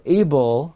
able